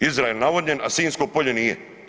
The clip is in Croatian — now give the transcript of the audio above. Izrael navodnjen, a Sinjsko polje nije.